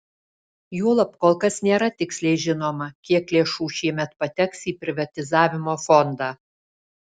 juolab kol kas nėra tiksliai žinoma kiek lėšų šiemet pateks į privatizavimo fondą